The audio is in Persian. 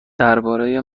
درباره